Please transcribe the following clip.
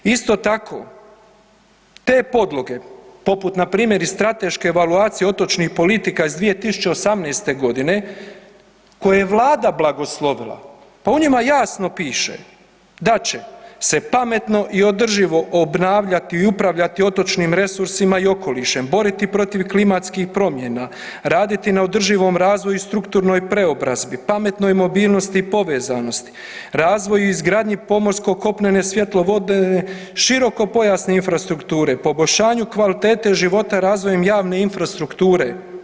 Isto tako te podloge poput npr. i strateške evaluacije otočnih politika iz 2018. godine koje je Vlada blagoslovila pa u njima jasno piše da će se pametno i održivo obnavljati i upravljati otočnim resursima i okolišem, boriti protiv klimatskih promjena, raditi na održivom razvoju i strukturnoj preobrazbi, pametnoj mobilnosti i povezanosti, razvoju i izgradnji pomorsko-kopnene svjetlovodne širokopojasne infrastrukture, poboljšanju kvalitete života i razvojem javne infrastrukture.